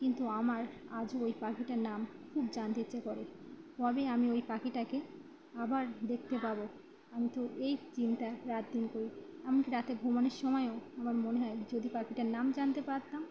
কিন্তু আমার আজও ওই পাখিটার নাম খুব জানতে ইচ্ছে করে কবে আমি ওই পাখিটাকে আবার দেখতে পাব আমি তো এই চিন্তায় রাতদিন করি এমনকি রাতে ঘুমানোর সময়ও আমার মনে হয় যদি পাখিটার নাম জানতে পারতাম